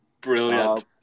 Brilliant